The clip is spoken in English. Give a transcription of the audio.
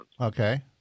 Okay